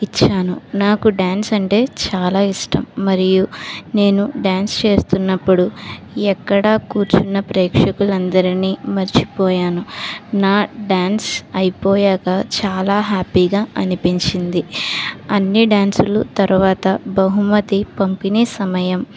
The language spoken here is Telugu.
ఇచ్చాను నాకు డాన్స్ అంటే చాలా ఇష్టం మరియు నేను డాన్స్ చేస్తున్నప్పుడు ఎక్కడా కూర్చున్న ప్రేక్షకులు అందరిని మర్చిపోయాను నా డాన్స్ అయిపోయాక చాలా హ్యాపీగా అనిపించింది అన్ని డాన్సులు తర్వాత బహుమతి పంపిణీ సమయం